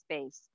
space